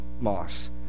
Moss